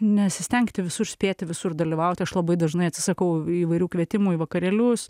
nesistengti visur spėti visur dalyvauti aš labai dažnai atsisakau įvairių kvietimų į vakarėlius